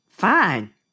fine